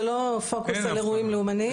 זה לא פוקוס על אירועים לאומניים,